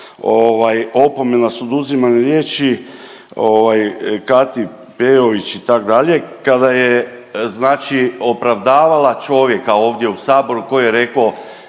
opomena s oduzimanjem riječi, Kati Peović itd., kada je znači opravdavala čovjeka ovdje u Saboru koji je reko